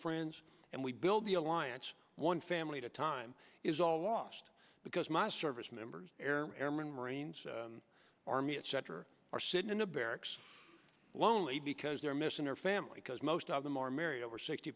friends and we build the alliance one family to time is all lost because my service members air airmen marines army etc are sitting in the barracks lonely because they're missing their family because most of them are married over sixty